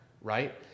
right